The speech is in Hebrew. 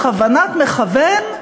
בכוונת מכוון,